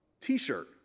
t-shirt